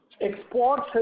exports